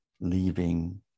leaving